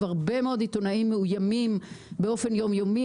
והרבה מאוד עיתונאים מאוימים באופן יום-יומי.